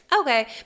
Okay